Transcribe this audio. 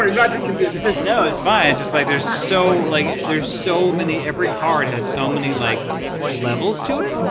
magic can do this. no, it's fine. it's just like there's so like there's so many, every card has so many like levels to it.